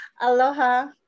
Aloha